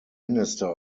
minister